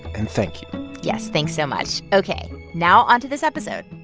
and thank you yes. thanks so much. ok, now onto this episode